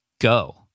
go